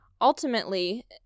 Ultimately